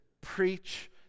preach